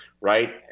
right